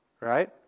right